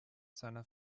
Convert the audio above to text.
seiner